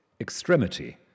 Extremity